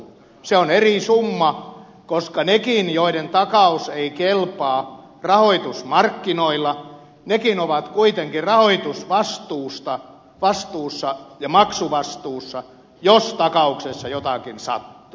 se on eri summa koska nekin joiden takaus ei kelpaa rahoitusmarkkinoilla ovat kuitenkin rahoitusvastuussa ja maksuvastuussa jos takauksessa jotakin sattuu